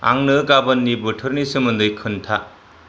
आंनो गाबोननि बोथोरनि सोमोन्दै खोन्था